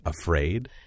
afraid